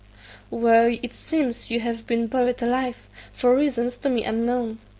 where it seems you have been buried alive, for reasons to me unknown.